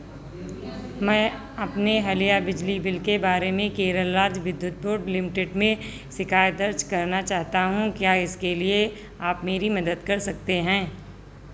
मैं अपने हलिया बिजली बिल के बारे में केरल राज्य विद्युत बोर्ड लिमिटेड में शिकायत दर्ज़ कराना चाहता हूं क्या उसके लिए आप मेरी मदद कर सकते हैं